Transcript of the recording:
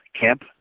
camp